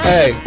Hey